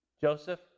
Joseph